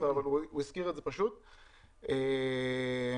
פורום ועדי ההורים היישוביים,